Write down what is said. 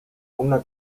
una